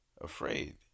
afraid